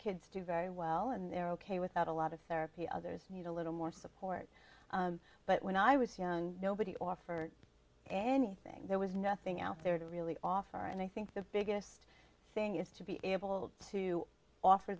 kids do very well and they're ok without a lot of therapy others need a little more support but when i was young nobody offered anything there was nothing out there to really offer and i think the biggest thing is to be able to offer